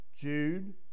Jude